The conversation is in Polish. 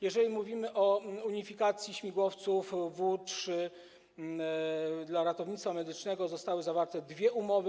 Jeżeli mówimy o unifikacji śmigłowców W3 dla ratownictwa medycznego, to zostały zawarte dwie umowy.